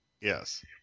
Yes